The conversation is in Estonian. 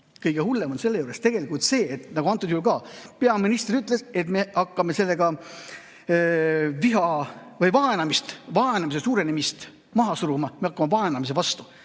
Kõige hullem on selle juures see, nagu antud juhul ka peaminister ütles, et me hakkame sellega viha või vaenamise suurenemist maha suruma, me hakkame vaenamise vastu,